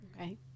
Okay